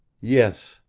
yes,